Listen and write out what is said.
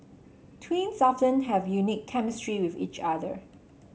twins often have unique chemistry with each other